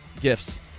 gifts